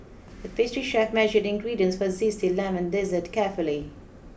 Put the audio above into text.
the pastry chef measured the ingredients for a zesty lemon dessert carefully